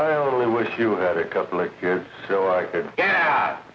i only wish you had a couple of kids so i could